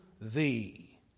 thee